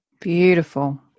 Beautiful